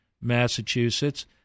Massachusetts